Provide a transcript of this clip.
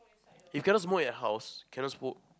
you cannot smoke in your house cannot smoke